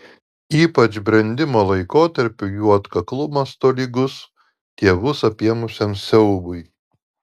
ypač brendimo laikotarpiu jų atkaklumas tolygus tėvus apėmusiam siaubui